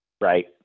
Right